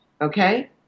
okay